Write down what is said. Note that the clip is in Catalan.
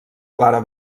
clara